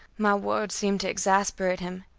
my words seemed to exasperate him.